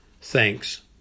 Thanks